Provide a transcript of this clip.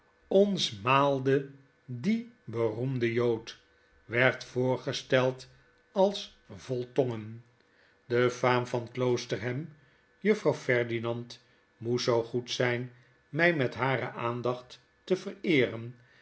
tfons maalde dien beroemden jood werd voorgesteld als vol tongen de faam van kloosterbam juffrouw ferdinand moest zoo goed zyn my met hare aandacht te vereeren